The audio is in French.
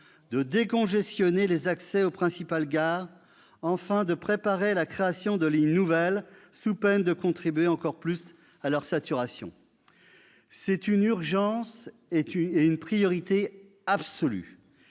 de décongestionner les accès aux principales gares et de préparer la création de lignes nouvelles, sous peine de contribuer encore plus à leur saturation. C'est une urgence et une priorité absolue.